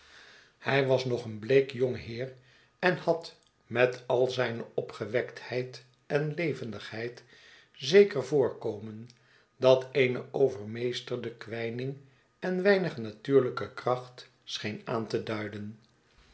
hij was nog een bleek jong heer en had met al zijne opgewektheid en levendigheid zeker voorkomen dat eene overmeesterde kwijning en weinig natuurlijke kracht scheen aan te duiden